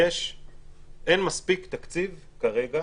אין מספיק תקציב כרגע,